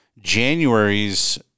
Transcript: January's